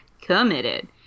Committed